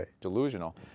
delusional